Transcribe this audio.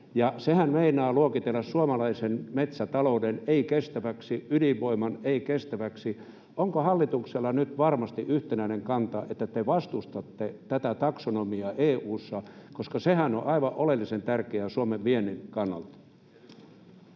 sehän meinaa luokitella suomalaisen metsätalouden ei-kestäväksi, ydinvoiman ei-kestäväksi — niin onko hallituksella nyt varmasti yhtenäinen kanta, että te vastustatte tätä taksonomiaa EU:ssa, koska sehän on aivan oleellisen tärkeää Suomen viennin kannalta?